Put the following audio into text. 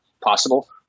possible